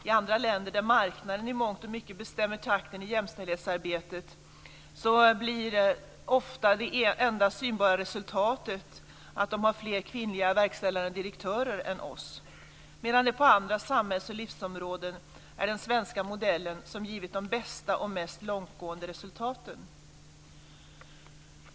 I andra länder där marknaden i mångt och mycket bestämmer takten i jämställdhetsarbetet blir ofta det enda synbara resultatet att de har fler kvinnliga verkställande direktörer än vi, medan det på andra samhälls och livsområden är den svenska modellen som har givit de bästa och mest långtgående resultaten.